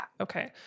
Okay